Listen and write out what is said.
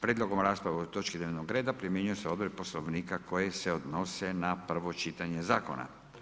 Prijedlogom rasprave o ovoj točki dnevnog reda, primjenjuju se odredbe Poslovnika, koje se odnose na prvo čitanje zakona.